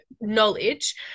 knowledge